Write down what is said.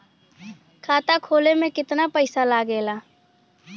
खाता खोले में कितना पईसा लगेला?